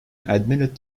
admitted